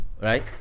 right